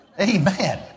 Amen